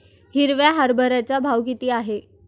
हिरव्या हरभऱ्याचा भाव किती आहे?